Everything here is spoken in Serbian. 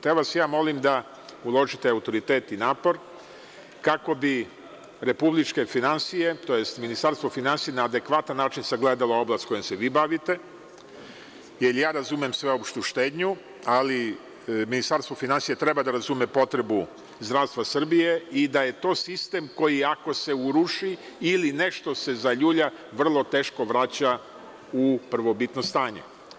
Te vas ja molim da uložite autoritet i napor kako bi republičke finansije tj. Ministarstvo finansija na adekvatan način sagledalo oblast kojom se vi bavite, jer ja razumem sveopštu štednju, ali Ministarstvo finansija treba da razume potrebu zdravstva Srbije i da je to sistem koji ako se uruši ili nešto se zaljulja vrlo teško vraća u prvobitno stanje.